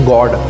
God